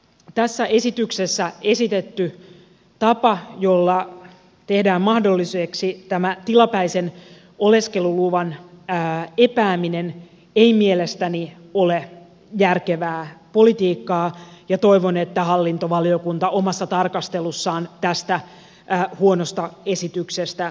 tässä esityksessä esitetty tapa jolla tehdään mahdolliseksi tämä tilapäisen oleskeluluvan epääminen ei mielestäni ole järkevää politiikkaa ja toivon että hallintovaliokunta omassa tarkastelussaan tästä huonosta esityksestä luopuu